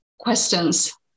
questions